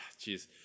jeez